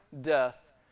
death